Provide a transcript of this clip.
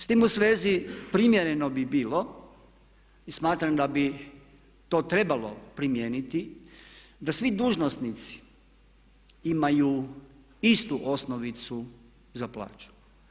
S tim u svezi primjereno bi bilo i smatram da bi to trebalo primijeniti da svi dužnosnici imaju istu osnovicu za plaću.